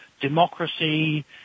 democracy